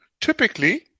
typically